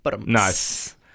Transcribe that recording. Nice